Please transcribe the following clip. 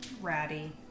Ratty